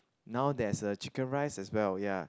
now there's a chicken rice as well ya